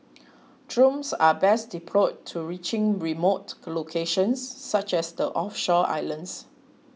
drones are best deployed to reaching remote locations such as the offshore islands